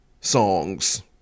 songs